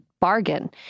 bargain